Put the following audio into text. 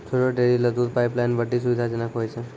छोटो डेयरी ल दूध पाइपलाइन बड्डी सुविधाजनक होय छै